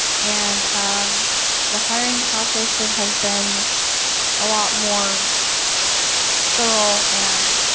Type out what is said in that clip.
and um the hiring process should have been a lot more thorough and